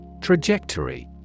Trajectory